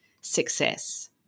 success